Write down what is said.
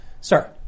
sir